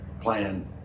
Plan